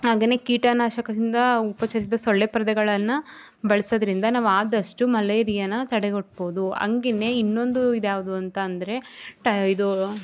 ಹಾಗೆ ಕೀಟನಾಶಕದಿಂದ ಉಪಚರಿಸಿದ ಸೊಳ್ಳೆ ಪರದೆಗಳನ್ನ ಬಳ್ಸೋದ್ರಿಂದ ನಾವು ಆದಷ್ಟು ಮಲೇರಿಯನ ತಡೆಗಟ್ಟಬೋದು ಹಂಗೆನೇ ಇನ್ನೊಂದು ಇದು ಯಾವುದು ಅಂತಂದರೆ ಟ ಇದು